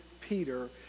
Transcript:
peter